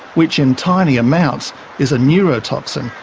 which in tiny amounts is a neurotoxin,